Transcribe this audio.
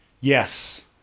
Yes